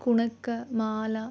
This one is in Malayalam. കുണുക്ക് മാല